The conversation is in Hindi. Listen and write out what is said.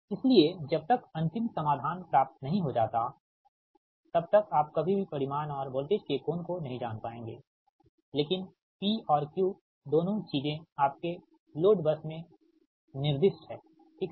इसलिए जब तक अंतिम समाधान प्राप्त नहीं हो जाता है तब तक आप कभी भी परिमाण और वोल्टेज के कोण को नहीं जान पाएंगे लेकिन P और Q दोनों चीजें आपके लोड बस में निर्दिष्ट है ठीक है